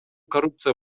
коррупция